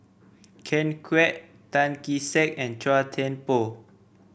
Ken Kwek Tan Kee Sek and Chua Thian Poh